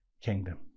kingdom